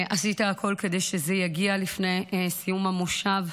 עשית הכול כדי שזה יגיע לפני סיום המושב.